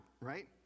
right